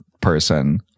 Person